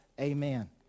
Amen